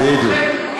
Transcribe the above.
בדיוק.